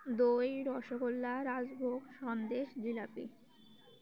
দই রসগোল্লা রাজভোগ সন্দেশ জিলাপি